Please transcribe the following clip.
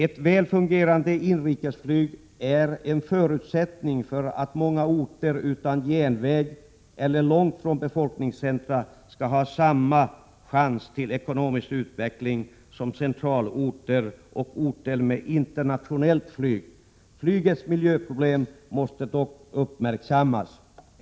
Ett väl fungerande inrikesflyg är en förutsättning för att många orter utan järnväg eller långt från befolkningscentra skall ha samma chans till ekonomisk utveckling som centralorter och orter med internationellt flyg. Flygets miljöproblem måste dock uppmärksammas.